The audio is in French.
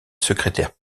secrétaire